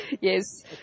Yes